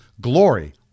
Glory